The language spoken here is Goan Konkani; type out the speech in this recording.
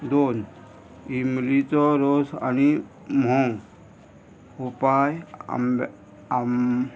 दोन इमलीचो रोस आनी म्होंग उपाय आम